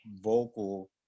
vocal